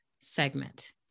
segment